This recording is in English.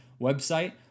website